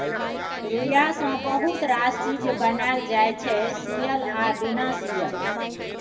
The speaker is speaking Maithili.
रुइया सँ बहुत रास चीज बनाएल जाइ छै सियल आ बिना सीयल